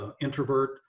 introvert